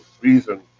reason